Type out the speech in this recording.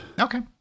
Okay